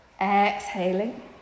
exhaling